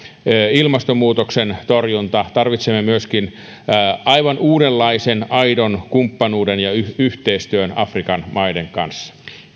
ilmastonmuutoksen torjunta tarvitsemme myöskin aivan uudenlaisen aidon kumppanuuden ja yhteistyön afrikan maiden kanssa